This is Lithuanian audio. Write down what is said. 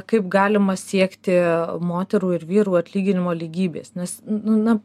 kaip galima siekti moterų ir vyrų atlyginimo lygybės nes na